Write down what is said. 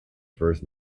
first